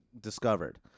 discovered